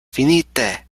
finite